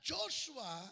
Joshua